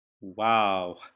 Wow